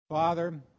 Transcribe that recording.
Father